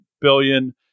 billion